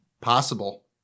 possible